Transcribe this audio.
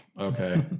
okay